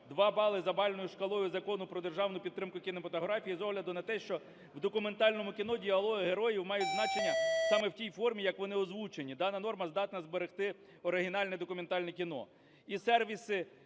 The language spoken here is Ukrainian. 2 бали за бальною шкалою Закону про державну підтримку кінематографії, з огляду на те, що в документальному кіно діалоги героїв мають значення саме в тій формі, як вони озвучені. Дана норма здатна зберегти оригінальне документальне кіно.